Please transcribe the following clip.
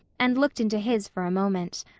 and looked into his for a moment.